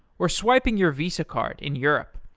or swiping your visa card in europe,